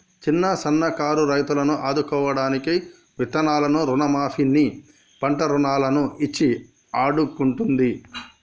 చిన్న సన్న కారు రైతులను ఆదుకోడానికి విత్తనాలను రుణ మాఫీ ని, పంట రుణాలను ఇచ్చి ఆడుకుంటుంది